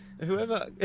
Whoever